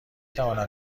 توانم